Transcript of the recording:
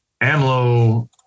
AMLO